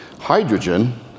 Hydrogen